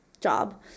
job